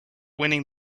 winning